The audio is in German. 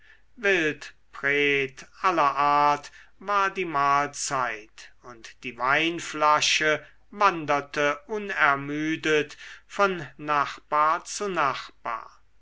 wildpret aller art war die mahlzeit und die weinflasche wanderte unermüdet von nachbar zu nachbar